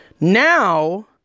now